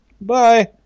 Bye